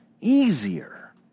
easier